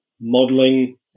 modeling